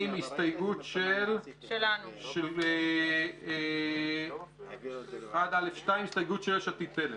הסתייגות ל-1(א)2 של יש עתיד-תל"ם.